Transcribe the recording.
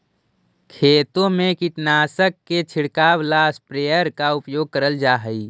खेतों में कीटनाशक के छिड़काव ला स्प्रेयर का उपयोग करल जा हई